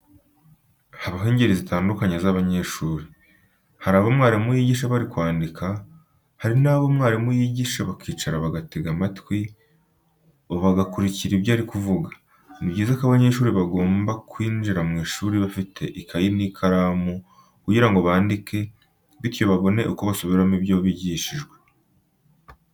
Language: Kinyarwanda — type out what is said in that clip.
Habaho ingeri zitandukanye z'abanyeshuri. Hari abo mwarimu yigisha bari kwandika, hari n'abo mwarimu yigisha, bakicara bagatega amatwi bagakurikira ibyo ari kuvuga. Ni byiza ko abanyeshuri bagomba kwinjira mu ishuri bafite ikayi n'ikaramu, kugira ngo bandike, bityo babone uko basubiramo ibyo bigishijwe.